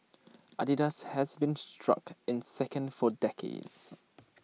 Adidas has been struck in second for decades